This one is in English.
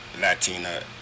Latina